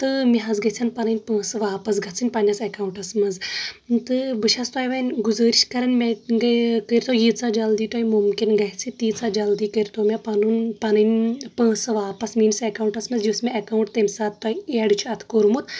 تہٕ مےٚ حظ گژھن پنٔنۍ پوٗنٛسہٕ واپس گژٔھنۍ پنہٕ نِس ایٚکاونٹس منٛز تہٕ بہٕ چھس تۄہہِ وۄنۍ گُزأرِش کران مےٚ کٔرۍ تو ییژاہ جلدی تۄہہِ مُمکِن گژھہِ تیٖژا جلدی کٔرۍ تو مےٚ پنُن پنٕنۍ پونٛسہٕ واپس میٛأنِس ایٚکاونٹس منٛز یُس مےٚ ایٚکاونٹ تمہِ ساتہٕ تۄہہِ اٮ۪ڈ چُھ اتھ کوٚرمُت